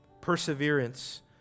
perseverance